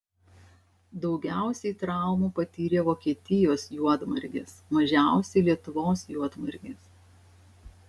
daugiausiai traumų patyrė vokietijos juodmargės mažiausiai lietuvos juodmargės